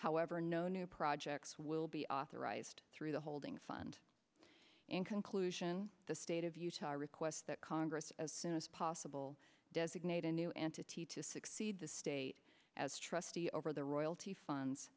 however no new projects will authorized through the holding fund in conclusion the state of utah requests that congress as soon as possible designate a new entity to succeed the state as trustee over the royalty funds